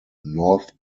north